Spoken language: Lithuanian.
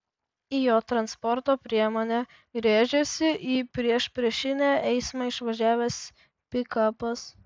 į jo transporto priemonę rėžėsi į priešpriešinį eismą išvažiavęs pikapas